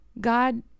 God